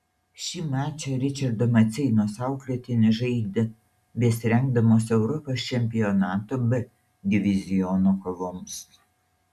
šį mačą ričardo maceinos auklėtinės žaidė besirengdamos europos čempionato b diviziono kovoms